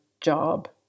job